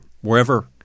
wherever